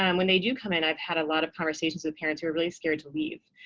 um when they do come in, i've had a lot of conversations with parents who are really scared to leave.